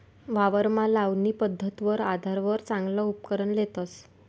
वावरमा लावणी पध्दतवर आधारवर चांगला उपकरण लेतस